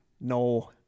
no